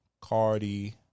Cardi